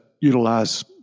utilize